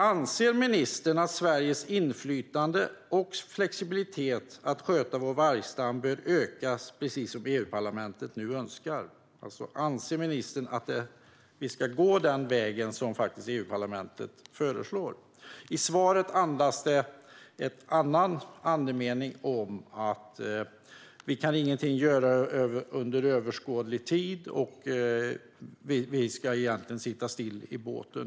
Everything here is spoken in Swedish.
Anser ministern att Sveriges inflytande och flexibilitet när det gäller att sköta vår vargstam bör ökas, precis som EU-parlamentet nu önskar? Anser ministern att vi ska gå den väg som EUparlamentet föreslår? Svaret har en annan andemening: Vi kan inget göra under överskådlig tid och ska egentligen sitta still i båten.